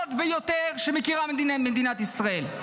מהחמורות ביותר שמכירה מדינת ישראל.